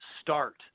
start